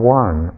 one